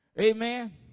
Amen